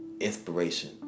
inspiration